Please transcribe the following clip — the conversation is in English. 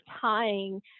tying